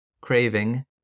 craving